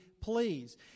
please